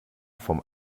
vom